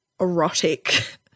erotic